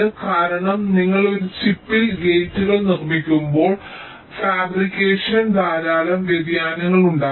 കാരണം നിങ്ങൾ ഒരു ചിപ്പിൽ ഗേറ്റുകൾ നിർമ്മിക്കുമ്പോൾ ഫാബ്രിക്കേഷനിൽ ധാരാളം വ്യതിയാനങ്ങൾ ഉണ്ടാകാം